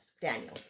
Daniel